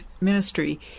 ministry